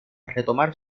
retomar